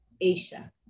Asia